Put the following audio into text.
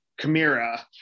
Chimera